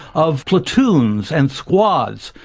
of platoons and squads,